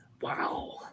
Wow